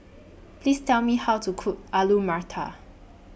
Please Tell Me How to Cook Alu Matar